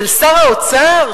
של שר האוצר,